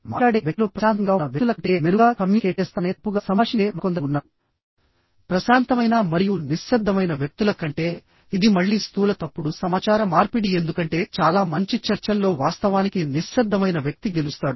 మాట్లాడే వ్యక్తులు ప్రశాంతంగా మరియు నిశ్శబ్దంగా ఉన్న వ్యక్తుల కంటే మెరుగ్గా కమ్యూనికేట్ చేస్తారనే తప్పుగా సంభాషించే వారు మరికొందరు ఉన్నారు ప్రశాంతమైన మరియు నిశ్శబ్దమైన వ్యక్తుల కంటే ఇది మళ్ళీ స్థూల తప్పుడు సమాచార మార్పిడి ఎందుకంటే చాలా మంచి చర్చల్లో వాస్తవానికి నిశ్శబ్దమైన వ్యక్తి గెలుస్తాడు